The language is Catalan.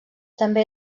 també